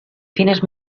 fines